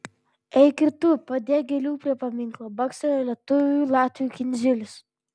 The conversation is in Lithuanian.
eik ir tu padėk gėlių prie paminklo bakstelėjo lietuviui latvių kindziulis